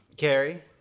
Carrie